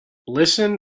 listen